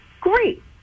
great